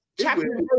chapter